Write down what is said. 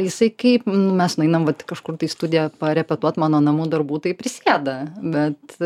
jisai kaip mes nueinam vat kažkur tai į studiją parepetuot mano namų darbų tai prisėda bet